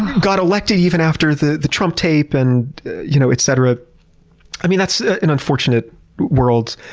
got elected even after the the trump tape, and you know, etcetera. i mean, that's an unfortunate world.